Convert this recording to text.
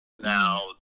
Now